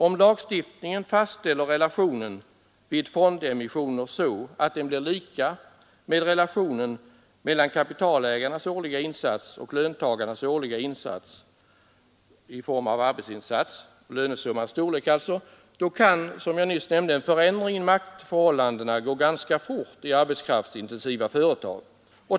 Om lagstiftningen fastställer relationen vid fondemissioner så att den blir lika med relationen mellan kapitalägarnas årliga insats och löntagarnas årliga insats, alltså lönesummans storlek, kan en förändring av maktförhållandena gå ganska fort i arbetskraftsintensiva företag.